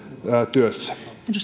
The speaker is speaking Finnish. työssä